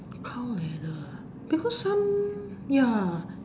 cow leather ah because some ya